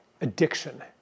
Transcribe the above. addiction